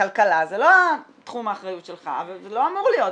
כלכלה זה לא תחום האחריות שלך וזה לא אמור להיות,